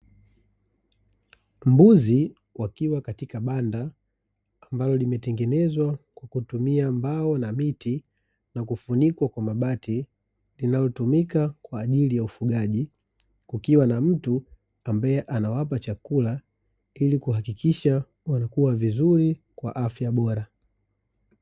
Mbuzi wakiwa katika banda, ambalo limetengezwa kwa kutumia mbao na miti na kufunikwa kwa mabati, linalotumika kwa ajili ya ufugaji kukiwa na mtu ambae anawapa chakula ili kuhakikisha wanakua vizuri kwa afya bora.